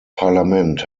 parlament